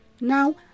Now